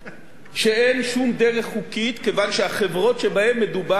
כיוון שהחברות שבהן מדובר לא עברו על החוק.